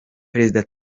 perezida